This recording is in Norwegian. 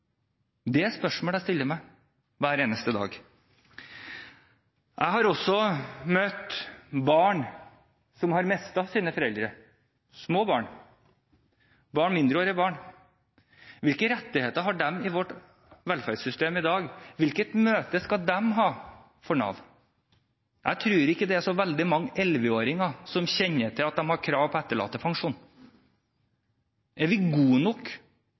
Det er spørsmålet jeg stiller meg hver eneste dag. Jeg har også møtt mindreårige – små barn – som har mistet sine foreldre. Hvilke rettigheter har de i vårt velferdssystem i dag? Hvilket Nav skal møte dem? Jeg tror ikke det er så veldig mange elleveåringer som kjenner til at de har krav på etterlattepensjon. Er vi gode nok